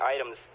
items